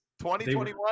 2021